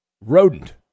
rodent